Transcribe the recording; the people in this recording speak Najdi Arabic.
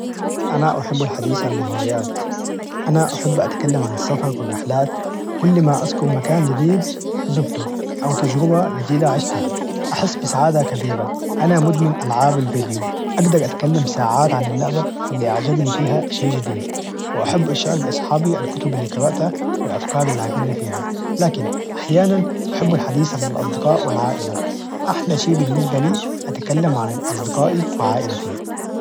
أنا أحب الحديث عن الهوايات، أنا أحب أتكلم عن السفر و الرحلات كل ما أذكر مكان جديد زرته أو تجربة جديدة عشتها أحس بسعادة كبيرة، أنا مدمن ألعاب الفيديو أقدر أتكلم ساعات عن اللعبة إللي أعجبني فيها شي جديد، وأحب أشارك أصحابي الكتب إللي قرأتها والأفكار إللي أعجبني فيها، لكن أحيانا أحب الحديث عن الأصدقاء والعائلة، أحلى شي بالنسبة لي أتكلم عن أصدقائي وعائلتي.